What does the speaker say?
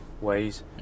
ways